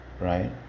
right